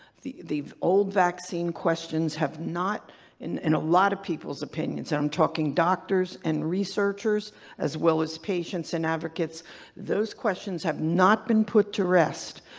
the the old vaccine questions have not in and a lot of people's opinions and i'm talking doctors and researchers as well as patients and advocates those questions have not been put to rest,